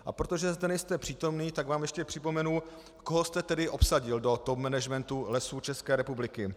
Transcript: A protože zde nejste přítomný, tak vám ještě připomenu, koho jste tedy obsadil do top managementu Lesů České republiky.